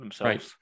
Right